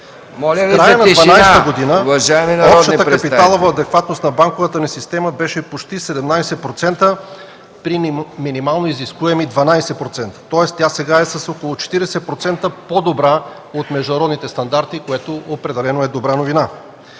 В края на 2012 г . общата капиталова адекватност на банковата ни система беше почти 17% при минимално изискуеми 12%. Тоест тя сега е с около 40% по-добра от международните стандарти, което определено е добра новина.